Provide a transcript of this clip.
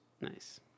nice